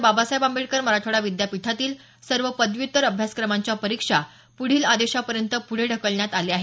बाबासाहेब आंबेडकर मराठवाडा विद्यापीठातील सर्व पदव्यूत्तर अभ्यासक्रमांच्या परीक्षा पुढील आदेशापर्यंत पुढे ढकलण्यात आल्या आहेत